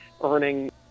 earning